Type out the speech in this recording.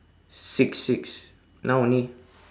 six six now only